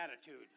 attitude